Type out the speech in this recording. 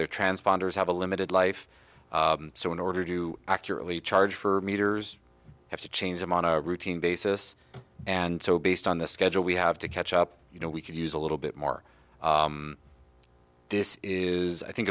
transponders have a limited life so in order to accurately charge for meters have to change them on a routine basis and so based on the schedule we have to catch up you know we could use a little bit more this is i think